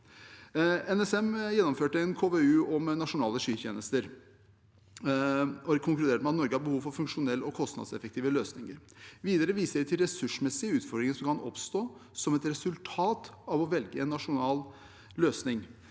NSM gjennomførte en KVU om nasjonale skytjenester og har konkludert med at Norge har behov for funksjonelle og konstandseffektive løsninger. Videre viser de til ressursmessige utfordringer som kan oppstå som et resultat av å velge en nasjonal løsning.